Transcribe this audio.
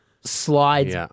slides